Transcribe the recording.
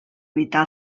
evitar